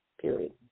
period